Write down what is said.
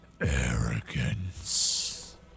arrogance